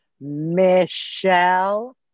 Michelle